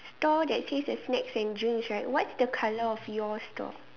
store that says the snacks and drinks right what's the colour of your store